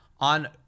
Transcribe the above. on